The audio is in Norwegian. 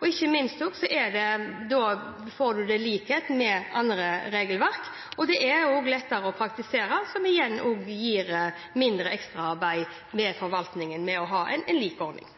og ikke minst får en det likt med andre regelverk. Det er også lettere å praktisere, og det gir mindre ekstraarbeid i forvaltningen når en har en lik ordning.